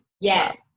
Yes